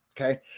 okay